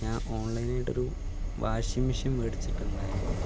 ഞാൻ ഓൺലൈൻ ആയിട്ടൊരു washing machine വേടിച്ചിട്ടുണ്ടായിരുന്നു